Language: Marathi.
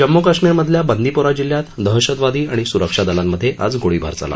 जम्मू कश्मीर मधल्या बांदिपोरा जिल्हयात दहशतवादी आणि स्रक्षा दलात आज गोळीबार झाला